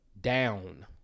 down